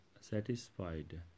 satisfied